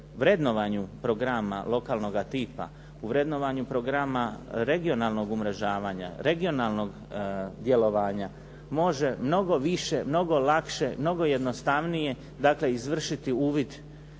u vrednovanju programa lokalnoga tipa, u vrednovanju tipa regionalnog umrežavanja, regionalnog djelovanja može mnogo više, mnogo lakše, mnogo jednostavnije izvršiti uvid